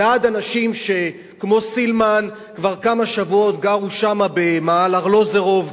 ועד אנשים שכמו סילמן כבר כמה שבועות גרו שם במאהל ארלוזורוב,